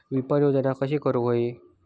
विपणन योजना कशी करुक होई?